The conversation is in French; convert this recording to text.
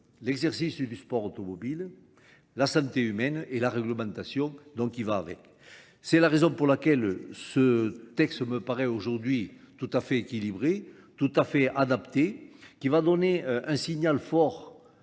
l'exercice du sport automobile, la santé humaine et la réglementation dont il va avec. C'est la raison pour laquelle ce texte me paraît aujourd'hui tout à fait équilibré, tout à fait adapté, qui va donner un signal fort